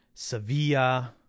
Sevilla